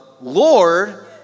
Lord